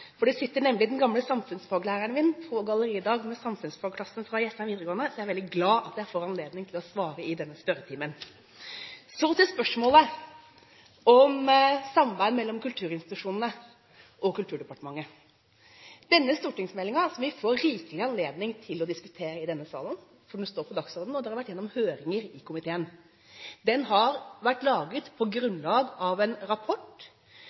Den gamle samfunnsfaglæreren min sitter nemlig på galleriet i dag med samfunnsfagklassen fra Jessheim videregående skole, så jeg er veldig glad for at jeg får anledning til å svare i denne spørretimen. Så til spørsmålet om samarbeid mellom kulturinstitusjonene og Kulturdepartementet. Denne stortingsmeldingen, som vi får rikelig anledning til å diskutere i denne salen – for den står på dagsordenen, og den har vært gjennom høringer i komiteen – har vært laget på grunnlag av en rapport